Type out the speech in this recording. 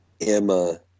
Emma